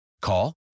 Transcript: Call